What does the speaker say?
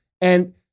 And-